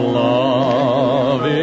love